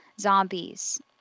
zombies